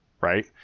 right